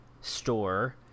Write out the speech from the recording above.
store